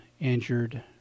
injured